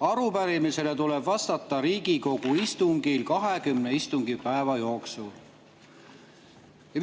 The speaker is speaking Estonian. "Arupärimisele tuleb vastata Riigikogu istungil kahekümne istungipäeva jooksul."